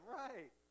right